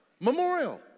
Memorial